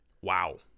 Wow